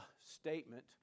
statement